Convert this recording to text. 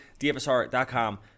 DFSR.com